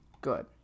good